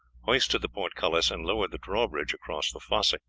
hoisted the portcullis, and lowered the drawbridge across the fosse.